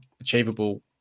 achievable